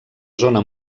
zona